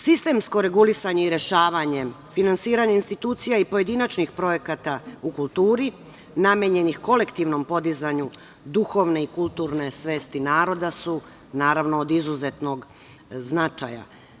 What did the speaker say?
Sistemsko regulisanje i rešavanje, finansiranje institucija i pojedinačnih projekata u kulturi namenjenih kolektivnom podizanju duhovne i kulturne svesti naroda su naravno od izuzetnog značaja.